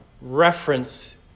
reference